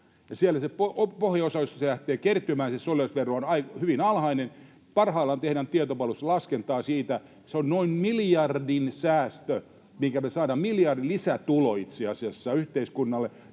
Siellä jos se pohjaosa lähtee kertymään, se solidaarisuusvero on hyvin alhainen. Parhaillaan tehdään tietopalvelussa laskentaa siitä, ja se on noin miljardin säästö, minkä me saamme, miljardin lisätulo itse asiassa yhteiskunnalle,